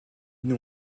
nous